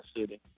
city